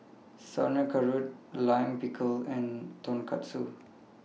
Sauerkraut Lime Pickle and Tonkatsu